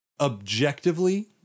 objectively